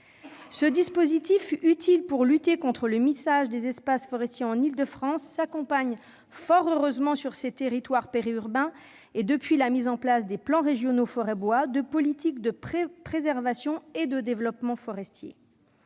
Ce dispositif, utile pour lutter contre le mitage des espaces forestiers en Île-de-France, s'accompagne fort heureusement sur ces territoires périurbains, et depuis la mise en place des plans régionaux forêt-bois, de politiques de préservation et de développement forestier.